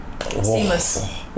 seamless